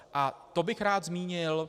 A to bych rád zmínil.